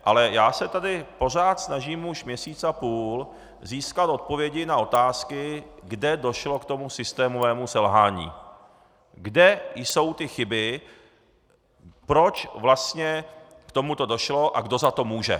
Ale já se tady pořád snažím už měsíc a půl získat odpovědi na otázky, kde došlo k tomu systémovému selhání, kde jsou ty chyby, proč vlastně k tomuto došlo a kdo za to může.